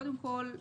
קודם כל,